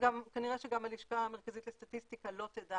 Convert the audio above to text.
וכנראה שגם הלשכה המרכזית לסטטיסטיקה לא תדע